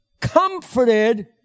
comforted